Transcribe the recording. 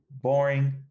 boring